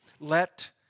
Let